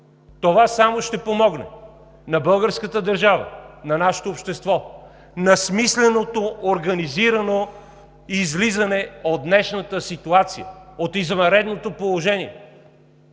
Това само ще помогне на българската държава, на нашето общество, на смисленото организирано излизане от днешната ситуация, от извънредното положение.